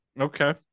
Okay